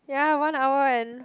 ya one hour and